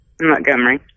Montgomery